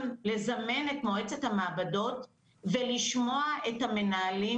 לזמן את מועצת המעבדות ולשמוע את המנהלים?